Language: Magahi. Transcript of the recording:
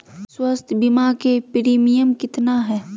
स्वास्थ बीमा के प्रिमियम कितना है?